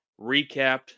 recapped